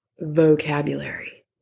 vocabulary